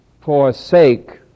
forsake